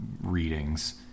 readings